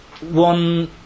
One